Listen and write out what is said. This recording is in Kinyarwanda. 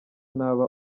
ntaba